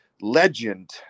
legend